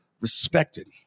respected